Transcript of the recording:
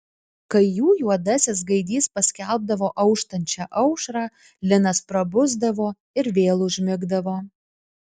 kai jų juodasis gaidys paskelbdavo auštančią aušrą linas prabusdavo ir vėl užmigdavo